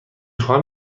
خواهم